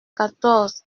quatorze